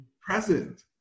present